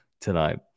tonight